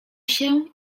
się